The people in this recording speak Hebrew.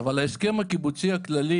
אבל ההסכם הקיבוצי הכללי